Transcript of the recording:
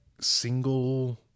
single